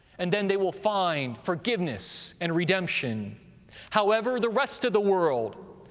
and then they will find forgiveness and redemption however, the rest of the world,